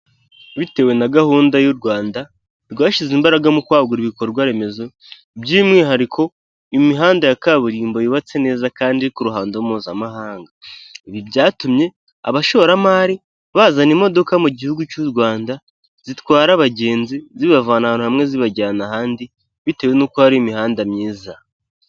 Bitewe na gahunda y'u Rwanda rwashyize imbaraga mu kwagura ibikorwa remezo by'umwihariko imihanda ya kaburimbo, yubatse neza kandi iri ku ruhando mpuzamahanga. Ibi byatumye abashoramari bazana imodoka mu gihugu cy'u Rwanda zitwara abagenzi zibavana ahantu hamwe zibajyana ahandi, bitewe n'uko hari imihanda myiza.